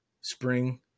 spring